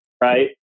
right